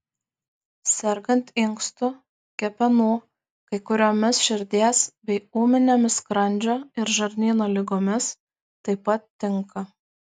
sergant inkstų kepenų kai kuriomis širdies bei ūminėmis skrandžio ir žarnyno ligomis taip pat tinka